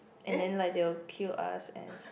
and then like they will kill us and stuff